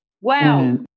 Wow